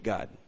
God